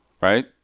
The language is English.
right